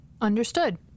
Understood